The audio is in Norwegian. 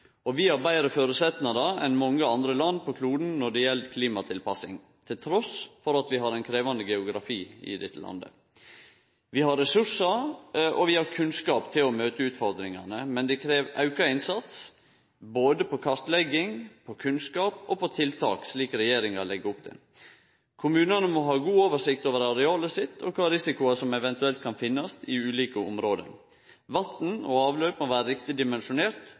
endringane. Vi har betre føresetnader enn mange andre land på kloden når det gjeld klimatilpassing, trass i at vi har ein krevjande geografi i dette landet. Vi har ressursar. Vi har kunnskap til å møte utfordringane, men det krev auka innsats når det gjeld både kartlegging, kunnskap og tiltak, slik regjeringa legg opp til. Kommunane må ha god oversikt over arealet sitt og kva risikoar som eventuelt kan finnast i ulike område. Vatn- og avløp må vere riktig dimensjonert,